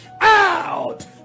Out